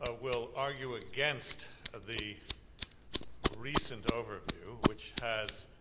ah will argue against the recent overview which has